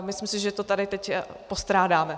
Myslím, že to tady teď postrádáme.